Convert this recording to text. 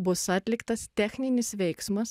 bus atliktas techninis veiksmas